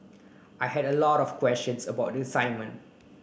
I had a lot of questions about the assignment